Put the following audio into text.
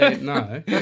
No